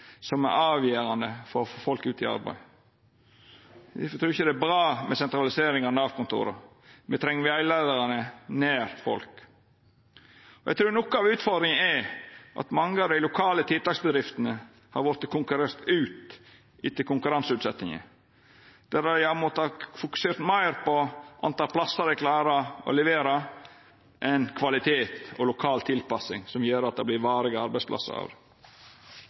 som er avgjerande for å få folk ut i arbeid. Difor trur eg ikkje det er bra med sentralisering av Nav-kontora. Me treng rettleiarane nær folk. Eg trur noko av utfordringa er at mange av dei lokale tiltaksbedriftene har vorte konkurrerte ut etter konkurranseutsetjinga. Dei har måtta fokusera meir på kor mange plassar dei klarar å levera, enn på kvalitet og lokal tilpassing, som gjer at det vert varige arbeidsplassar.